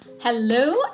Hello